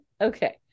Okay